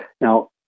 Now